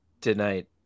tonight